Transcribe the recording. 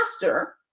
faster